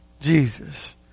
Jesus